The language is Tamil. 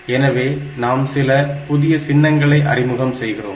எனவே நாம் சில புதிய சின்னங்களை அறிமுகம் செய்கிறோம்